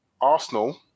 Arsenal